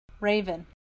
Raven